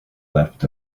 left